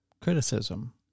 criticism